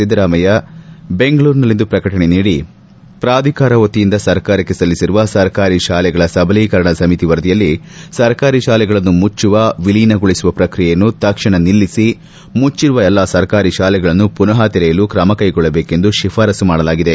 ಸಿದ್ದರಾಮಯ್ಕ ಬೆಂಗಳೂರಿನಲ್ಲಿಂದು ಪ್ರಕಟಣೆ ನೀಡಿ ಪ್ರಾಧಿಕಾರ ವತಿಯಿಂದ ಸರ್ಕಾರಕ್ಕೆ ಸಲ್ಲಿಸಿರುವ ಸರ್ಕಾರಿ ಶಾಲೆಗಳ ಸಬಲೀಕರಣ ಸಮಿತಿ ವರದಿಯಲ್ಲಿ ಸರ್ಕಾರಿ ಶಾಲೆಗಳನ್ನು ಮುಚ್ಚುವ ವಿಲೀನಗೊಳಿಸುವ ಪ್ರಕ್ರಿಯೆಯನ್ನು ತಕ್ಷಣ ನಿಲ್ಲಿಸಿ ಮುಚ್ಚರುವ ಎಲ್ಲಾ ಸರ್ಕಾರಿ ಶಾಲೆಗಳನ್ನು ಮನಃ ತೆರೆಯಲು ತ್ರಮಕೈಗೊಳ್ಳಬೇಕೆಂದು ಶಿಫಾರಸ್ನು ಮಾಡಲಾಗಿದೆ